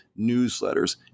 newsletters